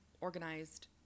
organized